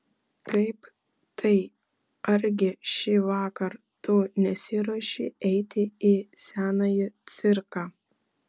kaip tai argi šįvakar tu nesiruoši eiti į senąjį cirką